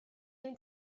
fynd